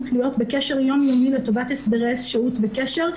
להיות בקשר יום-יומי לטובת הסדרי שהות וקשר,